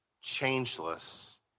changeless